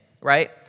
right